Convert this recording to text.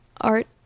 art